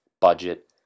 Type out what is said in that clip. budget